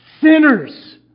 sinners